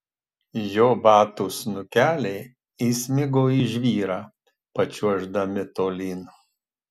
jo batų snukeliai įsmigo į žvyrą pačiuoždami tolyn